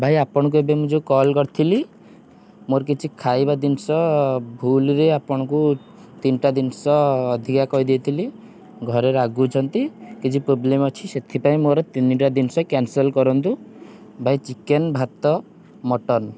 ଭାଇ ଆପଣଙ୍କୁ ମୁଁ ଏବେ ଯେଉଁ କଲ୍ କରିଥିଲି ମୋର କିଛି ଖାଇବା ଜିନିଷ ଭୁଲରେ ଆପଣଙ୍କୁ ତିନିଟା ଜିନିଷ ଅଧିକା କହି ଦେଇଥିଲି ଘରେ ରାଗୁଛନ୍ତି କିଛି ପ୍ରୋବ୍ଲେମ୍ ଅଛି ସେଥିପାଇଁ ମୋର ତିନିଟା ଜିନିଷ କ୍ୟାନସଲ୍ କରନ୍ତୁ ଭାଇ ଚିକେନ୍ ଭାତ ମଟନ୍